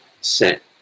set